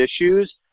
issues